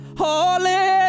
holy